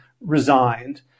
resigned